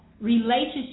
relationship